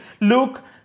Luke